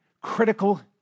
critical